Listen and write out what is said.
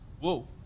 Whoa